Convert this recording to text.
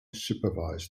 supervise